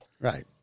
Right